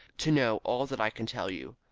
to know all that i can tell you.